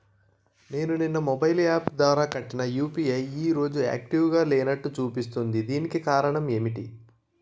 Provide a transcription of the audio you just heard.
నిన్న నేను mobile app ద్వారా కట్టిన యు.పి.ఐ ఈ రోజు యాక్టివ్ గా లేనట్టు చూపిస్తుంది దీనికి కారణం ఏమిటి?